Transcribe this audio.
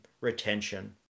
retention